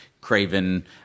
craven